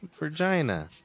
vagina